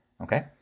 okay